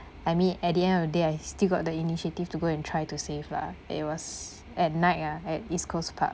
I mean at the end of the day I still got the initiative to go and try to save lah it was at night ah at east coast park